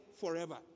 forever